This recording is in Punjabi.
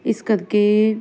ਇਸ ਕਰਕੇ